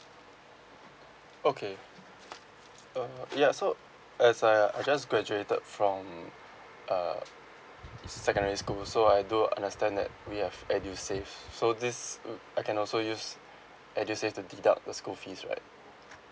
okay err ya so as I uh I just graduated from uh secondary school so I do understand that we have edusave so this uh I can also use edusave to deduct the school fees right